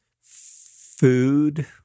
Food